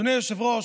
אדוני היושב-ראש,